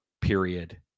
period